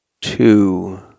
two